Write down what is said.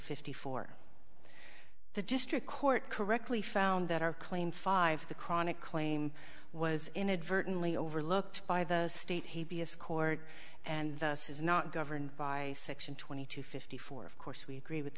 fifty four the district court correctly found that our claim five the chronic claim was inadvertently overlooked by the state he be a scored and thus is not governed by section twenty two fifty four of course we agree with